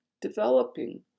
developing